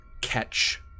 catch